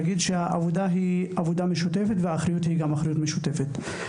העבודה היא עבודה משותפת וגם האחריות היא אחריות משותפת.